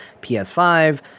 PS5